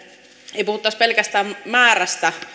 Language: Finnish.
ei puhuttaisi pelkästään määrästä